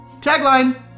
Tagline